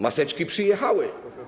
Maseczki przyjechały?